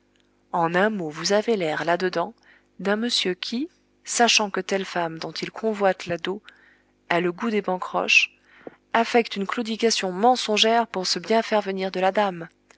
en un mot vous avez l'air là-dedans d'un monsieur qui sachant que telle femme dont il convoite la dot a le goût des bancroches affecte une claudication mensongère pour se bien faire venir de la dame